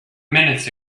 minutes